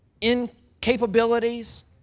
incapabilities